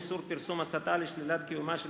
איסור פרסום הסתה לשלילת קיומה של